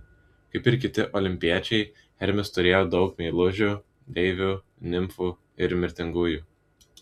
kaip ir kiti olimpiečiai hermis turėjo daug meilužių deivių nimfų ir mirtingųjų